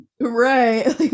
Right